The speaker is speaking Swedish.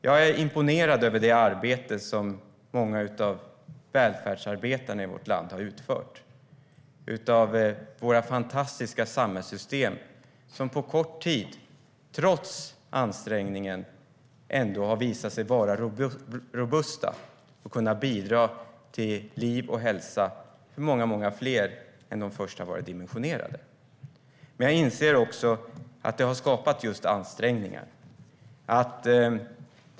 Jag är imponerad av det arbete många av välfärdsarbetarna i vårt land har utfört och av våra fantastiska samhällssystem som på kort tid, trots ansträngningen, visat sig vara robusta och kunna bidra till liv och hälsa för många fler än de först har varit dimensionerade för. Jag inser dock att det har skapat ansträngningar.